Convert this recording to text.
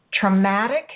traumatic